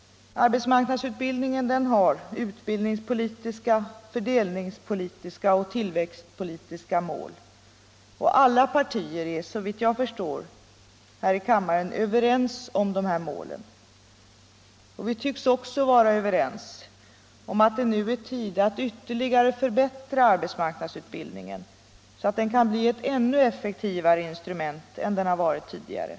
Arbetsmarknadsutbildningen har utbildningspolitiska, fördelningspo = Nr 84 litiska och tillväxtpolitiska mål. Alla partior är, såvitt jag förstår, ÖVereng Tisdagen den om dessa mål. Vi tycks också vara överens om att det nu är tid att 20 maj 1975 ytterligare förbättra arbetsmarknadsutbildningen så att den kan bli ett =— ännu effektivare instrument än den har varit tidigare.